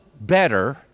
better